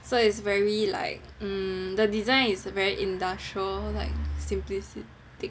so it's very like the design is very industrial like simplicity